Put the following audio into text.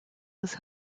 was